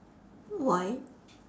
why